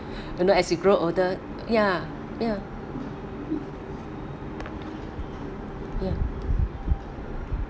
you know as you grow older ya ya ya